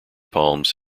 palms